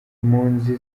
impunzi